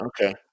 Okay